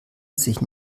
sich